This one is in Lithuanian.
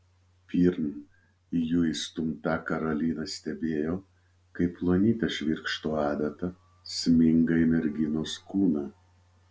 pirm jų įstumta karolina stebėjo kaip plonytė švirkšto adata sminga į merginos kūną